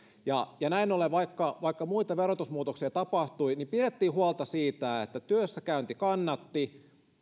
ja ja näin ollen vaikka vaikka muita verotusmuutoksia tapahtui pidettiin huolta siitä että työssäkäynti kannatti